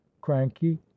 cranky